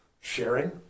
sharing